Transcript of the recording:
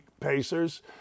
Pacers